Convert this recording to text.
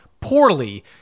poorly